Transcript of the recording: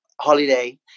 holiday